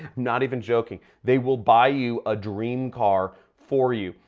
not even joking. they will buy you a dream car for you.